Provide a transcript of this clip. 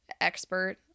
expert